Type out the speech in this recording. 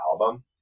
album